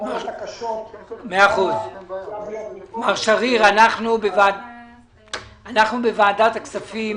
--- מר שריר, אנחנו בוועדת הכספים